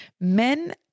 Men